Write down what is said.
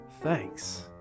Thanks